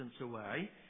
away